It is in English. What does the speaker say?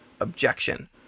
objection